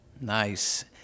nice